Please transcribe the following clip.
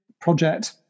project